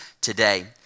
today